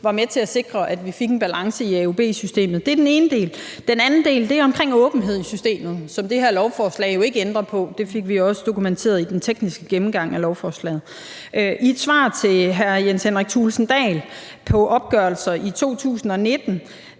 var med til at sikre, at vi fik en balance i AUB-systemet? Det er den ene del. Den anden del er omkring åbenhed i systemet, som det her lovforslag jo ikke ændrer på. Det fik vi også dokumenteret i den tekniske gennemgang af lovforslaget. Et svar til hr. Jens Henrik Thulesen Dahl om opgørelser i 2019